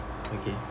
okay